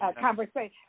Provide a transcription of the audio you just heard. conversation